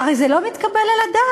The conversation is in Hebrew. הרי זה לא מתקבל על הדעת.